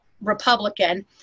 Republican